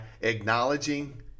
acknowledging